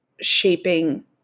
shaping